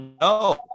no